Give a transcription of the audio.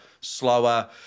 slower